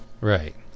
Right